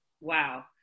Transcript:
Wow